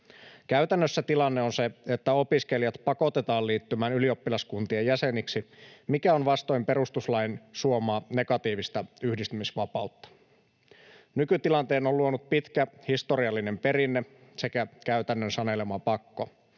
Käytännössä tilanne on se, että opiskelijat pakotetaan liittymään ylioppilaskuntien jäseniksi, mikä on vastoin perustuslain suomaa negatiivista yhdistymisvapautta. Nykytilanteen ovat luoneet pitkä historiallinen perinne sekä käytännön sanelema pakko.